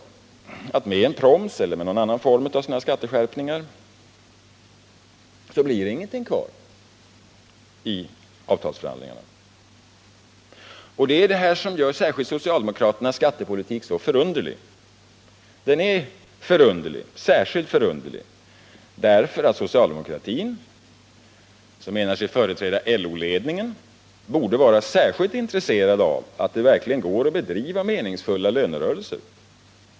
Med införande av en proms eller någon annan form av skatteskärpningar blir det inte någonting kvar till avtalsförhandlingarna. Det är detta som gör särskilt socialdemokraternas skattepolitik så förunderlig. Den är särskilt förunderlig därför att socialdemokratin, som menar sig företräda LO-ledningen, borde vara särskilt intresserad av att det verkligen går att bedriva meningsfulla lönerörelser.